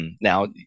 Now